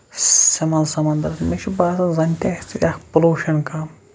سَمان سَمان مےٚ چھُ باسان زَن تہِ آسہِ اکھ پوٚلوٗشن کَم